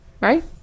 right